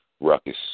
ruckus